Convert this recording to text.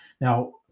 Now